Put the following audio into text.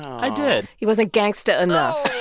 i did he wasn't gangsta enough